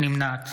נמנעת